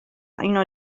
اینو